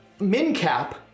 Mincap